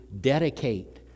dedicate